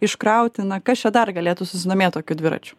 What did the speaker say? iškrauti na kas čia dar galėtų susidomėt tokiu dviračiu